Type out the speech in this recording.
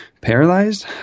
paralyzed